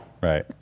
Right